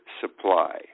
supply